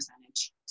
percentage